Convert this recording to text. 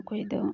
ᱚᱠᱚᱭᱫᱚ